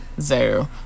zero